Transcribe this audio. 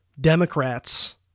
Democrats